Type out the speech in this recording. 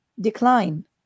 decline